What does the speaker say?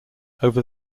over